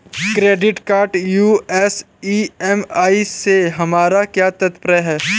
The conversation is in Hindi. क्रेडिट कार्ड यू.एस ई.एम.आई से हमारा क्या तात्पर्य है?